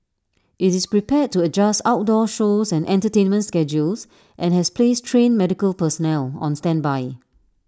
IT is prepared to adjust outdoor shows and entertainment schedules and has placed trained medical personnel on standby